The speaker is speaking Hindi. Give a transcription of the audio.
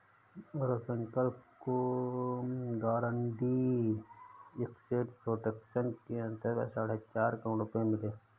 रविशंकर को गारंटीड एसेट प्रोटेक्शन के अंतर्गत साढ़े चार करोड़ रुपये मिले